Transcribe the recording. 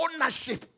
ownership